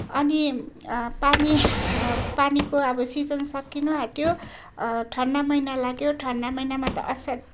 अनि पानी पानीको अब सिजन सकिनआँट्यो ठन्डा महिना लाग्यो ठन्डा महिनामा त असाध्यै